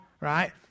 right